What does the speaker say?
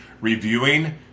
reviewing